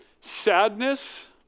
sadness